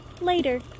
later